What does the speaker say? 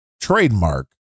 trademark